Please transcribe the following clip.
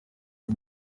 uyu